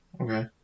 Okay